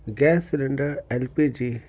gas cylinder LPG